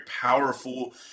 powerful